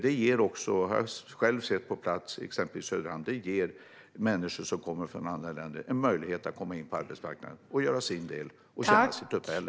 De ger, har jag själv sett på plats i till exempel Söderhamn, människor som kommer från andra länder möjlighet att komma in på arbetsmarknaden och göra sin del och tjäna sitt uppehälle.